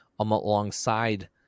alongside